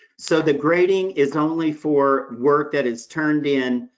so the grading is only for work that is turned in,